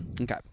Okay